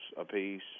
apiece